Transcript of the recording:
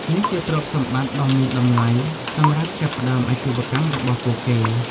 នេះជាទ្រព្យសម្បត្តិដ៏មានតម្លៃសម្រាប់ចាប់ផ្តើមអាជីវកម្មរបស់ពួកគេ។